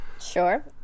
Sure